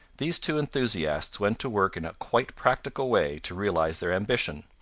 these two enthusiasts went to work in a quite practical way to realize their ambition.